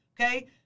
Okay